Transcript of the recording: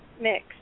mix